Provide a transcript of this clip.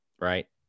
right